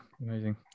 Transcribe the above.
Amazing